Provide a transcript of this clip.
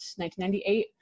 1998